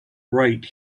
right